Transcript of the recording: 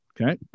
Okay